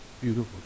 beautiful